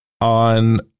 on